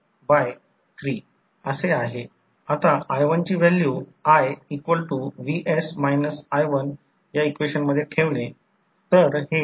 याचा अर्थ या बाजूचा अर्थ असा आहे की या बाजूचे ट्रान्सफॉर्मेशन व्होल्टेज हे K V2 असेल कारण हे आयडियल ट्रान्सफर आहे हे ट्रान्स रेशो N1 आहे हे N2 आहे E1 E2 N1 N2 आहे जे E1 E2 N1 N2 आहे